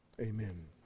Amen